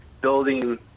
building